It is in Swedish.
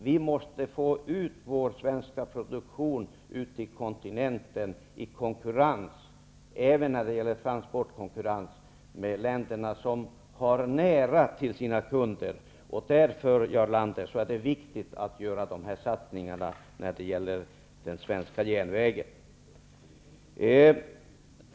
Vi måste få ut vår svenska produktion till kontinenten och delta i transportkonkurrensen även med länder som har nära till sina kunder. Därför, Jarl Lander, är det viktigt att göra dessa satsningar på den svenska järnvägen.